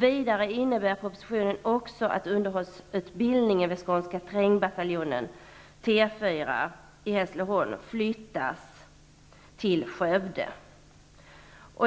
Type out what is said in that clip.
Vidare innebär propositionen också att underhållsutbildningen vid skånska trängbataljonen, T 4, i Hässleholm flyttas till Skövde.